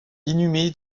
inhumé